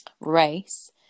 race